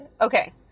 Okay